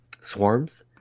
swarms